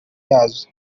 yazo